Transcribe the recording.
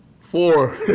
Four